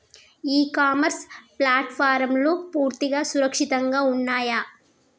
ఇ commerce ప్లాట్ఫారమ్లు పూర్తిగా సురక్షితంగా ఉన్నయా?